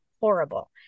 horrible